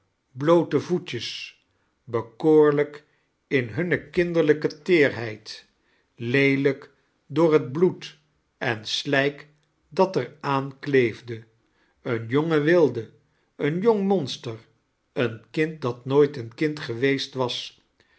bloote voetjes bekoorlrjk in hunne kinderlijke teerheid leelijk door het bloed em slijk dat er aan kleefde een jonge wilde een jong monster een kind dat nooit een kind geweest was